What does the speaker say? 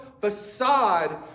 facade